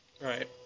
Right